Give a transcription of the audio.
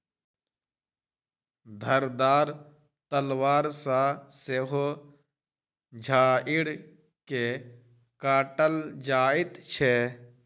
धारदार तलवार सॅ सेहो झाइड़ के काटल जाइत छै